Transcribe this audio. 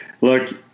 look